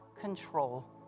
control